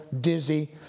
dizzy